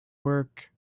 work